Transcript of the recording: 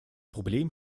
problem